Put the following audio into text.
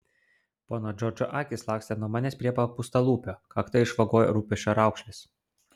pono džordžo akys lakstė nuo manęs prie papūstalūpio kaktą išvagojo rūpesčio raukšlės